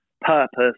purpose